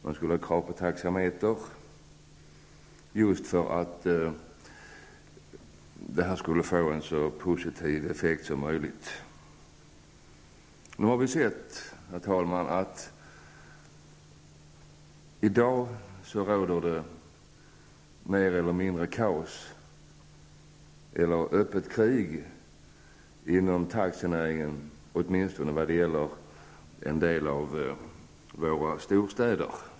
Det skulle ställas krav på taxameter för att avregleringen skulle få en så positiv effekt som möjligt. Vi kan i dag, herr talman, se att det i dag mer eller mindre råder kaos, eller öppet krig, inom taxinäringen, åtminstone i en del av våra storstäder.